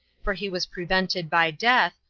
for he was prevented by death,